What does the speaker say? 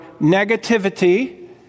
negativity